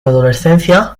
adolescencia